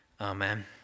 Amen